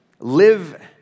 live